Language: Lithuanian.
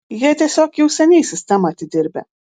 jie tiesiog jau seniai sistemą atidirbę